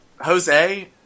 Jose